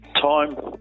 Time